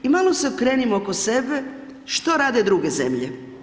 I malo se okrenimo oko sebe što rade druge zemlje.